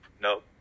no